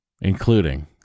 including